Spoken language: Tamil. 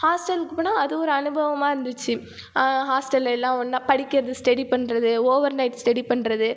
ஹாஸ்டலுக்குப் போனால் அது ஒரு அனுபவமாக இருந்துச்சு ஹாஸ்டலில் எல்லாம் ஒன்றாப் படிக்கிறது ஸ்டெடி பண்ணுறது ஓவர் நைட் ஸ்டெடி பண்ணுறது